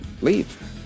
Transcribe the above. leave